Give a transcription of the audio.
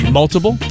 multiple